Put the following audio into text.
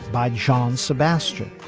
by john sebastian.